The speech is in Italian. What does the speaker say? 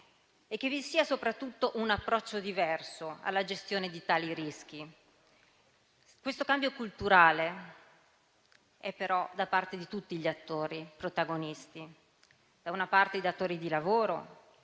di lavoro e soprattutto un approccio diverso alla gestione di tali rischi. Questo cambio culturale va però fatto da parte di tutti gli attori protagonisti: da una parte, dai datori di lavoro;